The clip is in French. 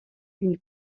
une